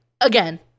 Again